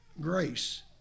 grace